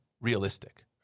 Realistic